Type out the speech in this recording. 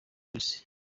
kw’isi